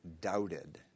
doubted